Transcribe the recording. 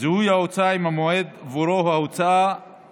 זיהוי ההוצאה עם המועד שבעבורו ההוצאה